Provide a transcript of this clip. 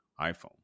iPhone